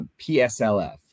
PSLF